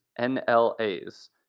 NLAs